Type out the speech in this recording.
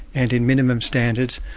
and in minimum standards,